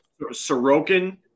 Sorokin